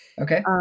Okay